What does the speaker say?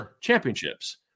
championships